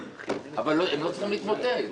אבל הם לא צריכים להתמוטט.